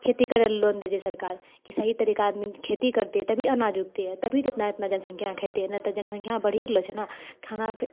खेती करैले लोन देइ छै सरकार कि सही तरिकासँ आदमी खेती करते तभी अनाज उगतिऐ तभी इतना इतना जनसङख्या खैते नहि तऽ जनसङख्या बढ़ि रहलो छै नहि खानाके